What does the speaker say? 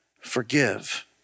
forgive